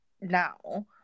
now